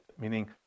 meaning